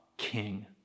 king